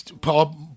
Paul